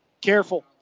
careful